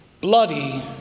Bloody